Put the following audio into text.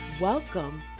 Welcome